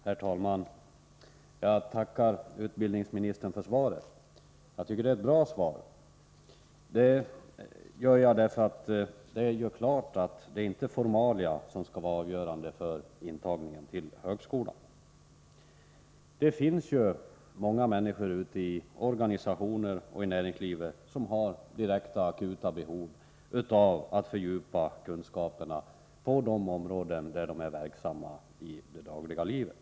Herr talman! Jag tackar utbildningsministern för svaret. Jag tycker det var ett bra svar, eftersom det gör klart att det inte är formalia som skall vara avgörande för intagningen till högskolan. Det finns ju många människor ute i organisationer och i näringslivet som har direkta, akuta behov av att fördjupa kunskaperna på de områden där de är verksamma i det dagliga livet.